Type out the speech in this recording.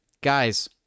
guys